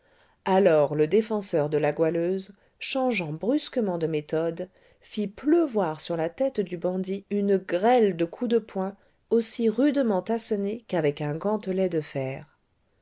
alors le défenseur de la goualeuse changeant brusquement de méthode fit pleuvoir sur la tête du bandit une grêle de coups de poing aussi rudement assenés qu'avec un gantelet de fer